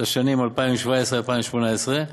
לשנים 2017 ו-2018,